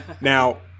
Now